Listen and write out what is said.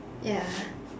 ya